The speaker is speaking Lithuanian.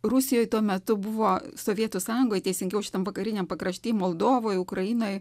rusijoj tuo metu buvo sovietų sąjungoj teisingiau šitam vakariniam pakrašty moldovoj ukrainoj